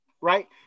right